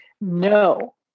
No